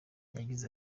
yagize